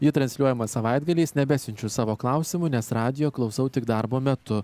ji transliuojama savaitgaliais nebesiunčiu savo klausimų nes radijo klausau tik darbo metu